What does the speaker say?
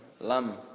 Lam